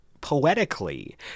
poetically